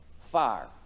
Fire